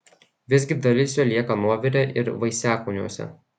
visgi dalis jo lieka nuovire ir vaisiakūniuose